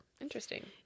Interesting